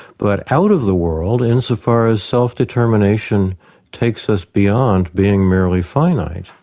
but out of the world insofar as self-determination takes us beyond being merely finite.